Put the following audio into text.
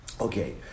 Okay